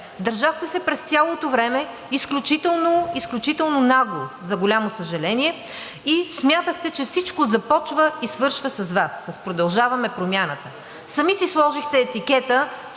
Държахте се през цялото време изключително нагло, за голямо съжаление, и смятахте, че всичко започва и свършва с Вас – с „Продължаваме Промяната“. Сами си сложихте етикета, че